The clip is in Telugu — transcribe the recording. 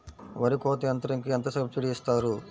వరి కోత యంత్రంకి ఎంత సబ్సిడీ ఇస్తారు?